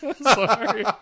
Sorry